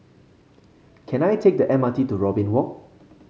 can I take the M R T to Robin Walk